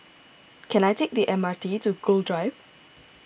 can I take the M R T to Gul Drive